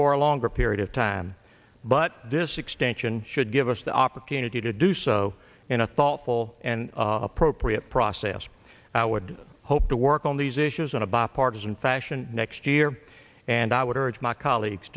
for a longer period of time but this extension should give us the opportunity to do so in a thoughtful and appropriate process i would hope to work on these issues in a bipartisan fashion next year and i would urge my colleagues